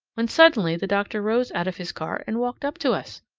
when suddenly the doctor rose out of his car and walked up to us.